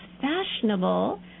fashionable